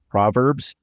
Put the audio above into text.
Proverbs